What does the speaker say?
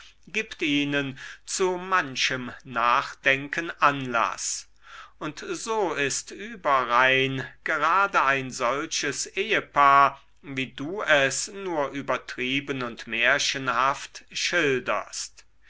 gibt ihnen zu manchem nachdenken anlaß und so ist überrhein gerade ein solches ehepaar wie du es nur übertrieben und märchenhaft schilderst